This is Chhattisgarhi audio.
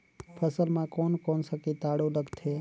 फसल मा कोन कोन सा कीटाणु लगथे?